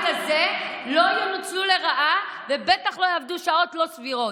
הזה לא ינוצלו לרעה ובטח לא יעבדו שעות לא סבירות.